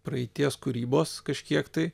praeities kūrybos kažkiek tai